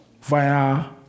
via